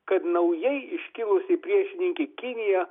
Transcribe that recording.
kad naujai iškilusi priešininkė kinija